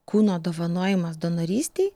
kūno dovanojimas donorystei